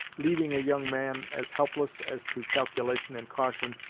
leaving a young man as helpless, as to calculation and caution,